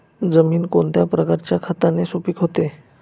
जमीन कोणत्या प्रकारच्या खताने सुपिक होते?